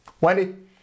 Wendy